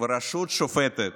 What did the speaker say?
" ורשות שופטת,